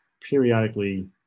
periodically